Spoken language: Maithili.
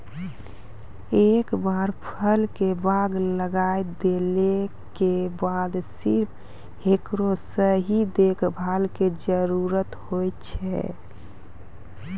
एक बार फल के बाग लगाय देला के बाद सिर्फ हेकरो सही देखभाल के जरूरत होय छै